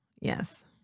yes